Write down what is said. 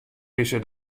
dizze